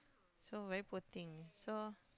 so very poor thing so